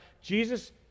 Jesus